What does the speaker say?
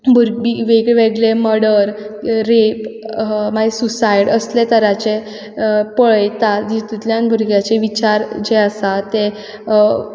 भुरगीं वेगवेगळे murder rape मागीर सुसायड असले तराचे पळयतात जितूंतल्यान भुरग्यांचे विचार जे आसा ते